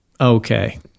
Okay